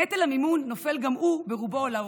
נטל המימון נופל גם הוא ברובו על ההורים.